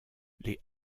les